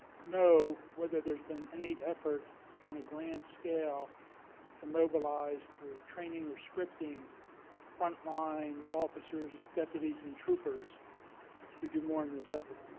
know whether there has been any effort on a grand scale to mobilize through training or scripting front-line officers, deputies, and troopers to do more in this effort?